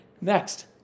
Next